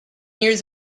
years